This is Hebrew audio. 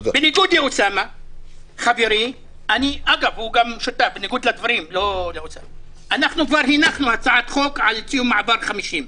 אני ואוסאמה חברי כבר הנחנו הצעת חוק על ציון מעבר 50,